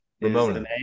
ramona